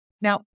now